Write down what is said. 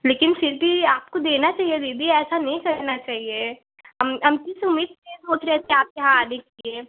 लेकिन फिर भी आपको देना चाहिए दीदी ऐसा नहीं करना चाहिए हम हम किस उम्मीद से ये सोच रहे थे आपके यहाँ आने के लिए